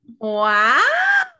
Wow